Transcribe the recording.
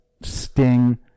Sting